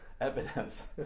evidence